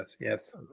Yes